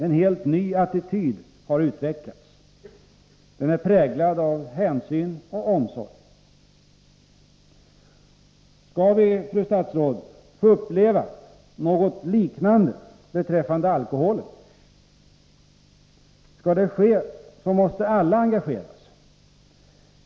En helt ny attityd har utvecklats. Den är präglad av hänsyn och omsorg. Skall vi, fru statsråd, få uppleva något liknande beträffande alkoholen? Om detta skall kunna ske, måste alla engageras.